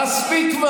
מספיק.